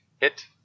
hit